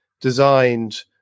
designed